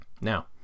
Now